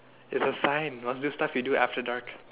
it is a sign must do stuff we do after dark